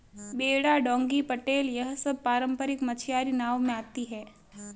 बेड़ा डोंगी पटेल यह सब पारम्परिक मछियारी नाव में आती हैं